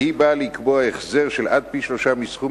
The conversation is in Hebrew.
והיא באה לקבוע החזר של עד פי-שלושה מסכום